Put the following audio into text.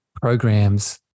programs